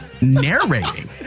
Narrating